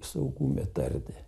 saugume tardė